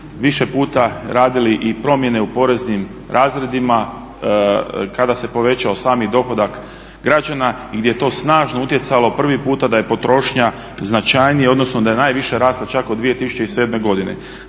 više puta radili i promjene u poreznim razredima kada se povećao sami dohodak građana i gdje je to snažno utjecalo prvi puta da je potrošnja značajnija odnosno da je najviše rasla čak od 2007.godine.